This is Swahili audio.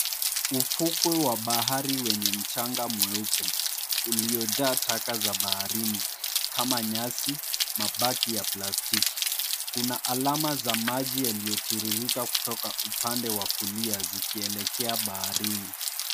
Ufukwe wa bahari wenye mchanga mweupe, Uliojaa taka za baharini kama nyasi, mabaki ya plastiki. Kuna alama za maji ya yaliyotiririka kutoka upande wa kulia zikielekea baharini.